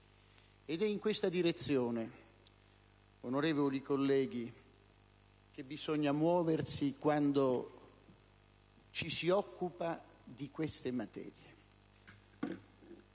ed è in questa direzione, onorevoli colleghi, che bisogna muoversi quando ci si occupa di queste materie.